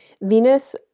Venus